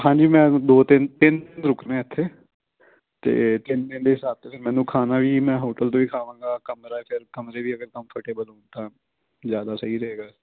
ਹਾਂਜੀ ਮੈਂ ਦੋ ਤਿੰਨ ਦਿੰਨ ਰੁਕਣਾ ਹੈ ਇੱਥੇ ਅਤੇ ਤਿੰਨ ਦਿੰਨ ਦੇ ਹਿਸਾਬ ਅਤੇ ਮੈਨੂੰ ਖਾਣਾ ਵੀ ਮੈਂ ਹੋਟਲ ਤੋਂ ਹੀ ਖਾਵਾਂਗਾ ਕਮਰਾ ਕਮਰੇ ਵੀ ਅਗਰ ਕੰਫਰਟੇਬਲ ਹੋਣ ਤਾਂ ਜ਼ਿਆਦਾ ਸਹੀ ਰਹੇਗਾ